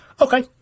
Okay